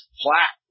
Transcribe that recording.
flat